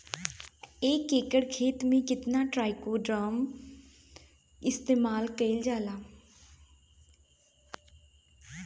एक एकड़ खेत में कितना ट्राइकोडर्मा इस्तेमाल कईल जाला?